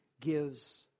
gives